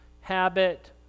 habit